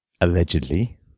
allegedly